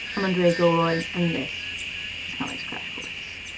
i'm andrea gilroy and this is comics crash course.